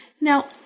Now